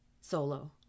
solo